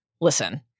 listen